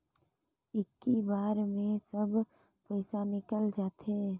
इक्की बार मे सब पइसा निकल जाते?